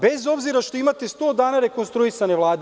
Bez obzira što imate 100 dana rekonstruisane Vlade.